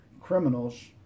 criminals